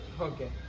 Okay